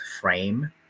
frame